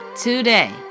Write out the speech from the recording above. today